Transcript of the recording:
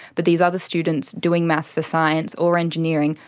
but these other students doing maths for science or engineering,